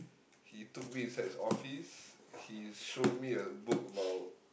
he took me inside his office he showed me a book about